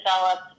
develop